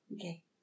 Okay